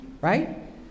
right